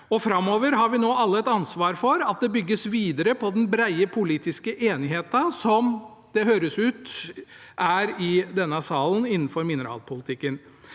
11. Framover har vi nå alle et ansvar for at det bygges videre på den brede politiske enigheten som det høres ut som det er i denne salen innenfor mineralpolitikken.